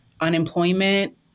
unemployment